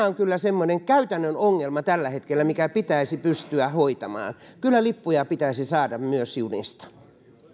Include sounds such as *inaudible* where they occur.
*unintelligible* on kyllä semmoinen käytännön ongelma tällä hetkellä mikä pitäisi pystyä hoitamaan kyllä lippuja pitäisi saada myös junista